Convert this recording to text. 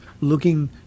looking